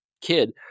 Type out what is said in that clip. kid